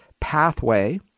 pathway